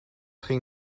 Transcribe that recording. ging